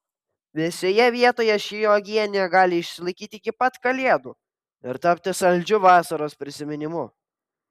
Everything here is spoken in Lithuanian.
vėsioje vietoje ši uogienė gali išsilaikyti iki pat kalėdų ir tapti saldžiu vasaros prisiminimu